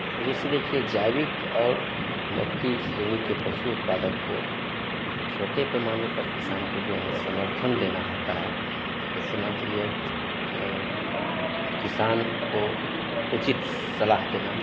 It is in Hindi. और जैसे देखिए जैविक और मुक्ति श्रेणी के पशु उत्पादक को छोटे पैमाने पर किसान को जाे है समर्थन देना होता है जैसे मानकर चलिए किसान को उचित सलाह देना